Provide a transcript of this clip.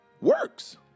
works